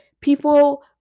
people